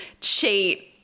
cheat